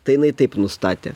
tai jinai taip nustatė